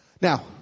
Now